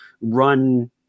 run